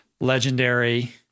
Legendary